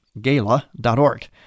gala.org